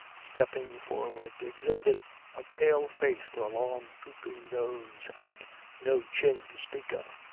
stepping forward exhibited a pale face with a long drooping nose and no chin to speak of.